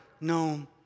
No